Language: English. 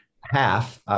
Half